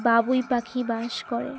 বাবুই পাখি বাস করে